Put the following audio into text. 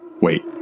Wait